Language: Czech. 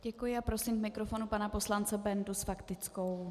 Děkuji a prosím k mikrofonu pana poslance Bendu s faktickou.